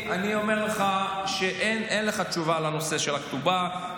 אני אומר לך שאין לך תשובה על הנושא של הכתובה,